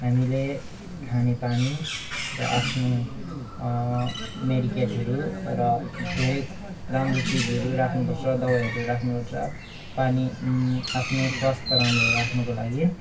हामीले खानेपानी र आफ्नो मेडिकेपहरू र धेरै राम्रो चिजहरू राख्नुपर्छ दबाईहरू राख्नुपर्छ पानी आफ्नो स्वास्थ्य राम्रो राख्नुको लागि